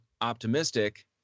optimistic